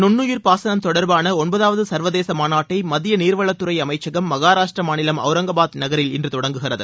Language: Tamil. நுண்ணுயிர் பாசனம் தொடர்பான ஒன்பதாவது சர்வதேச மாநாட்டை மத்திய நீர்வளத் துறை அமைச்சகம் மகாராஷ்டிர மாநிலம் அவுரங்காபாத் நகரில் இன்று தொடங்குகிறது